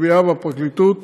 התביעה והפרקליטות